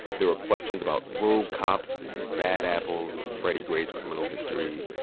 there were questions about rogue cops and bad apples and freddie gray's criminal history.